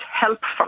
helpful